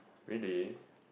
really